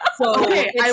Okay